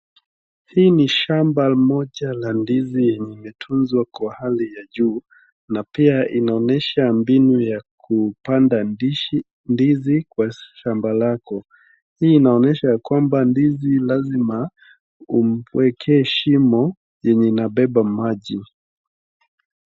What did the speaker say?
Hii ni shamba moja la ndizi yenye imetunzwa kwa hali ya juu, na pia inaonesha mbinu ya kupanda ndishi, ndizi kwa shamba lako. Hii inaonyesha ya kwamba ndizi lazima amuekee shimo yenye inabeba maji.